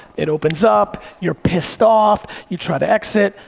it opens up, you're pissed off, you try to exit,